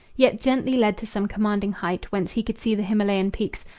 yet gently led to some commanding height, whence he could see the himalayan peaks,